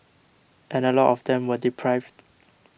and a lot of them were deprived